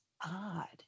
odd